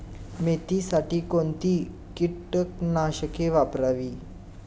मेथीसाठी कोणती कीटकनाशके वापरावी?